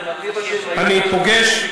אני פוגש,